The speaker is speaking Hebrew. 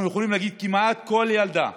אנחנו יכולים להגיד שכמעט כל ילדה,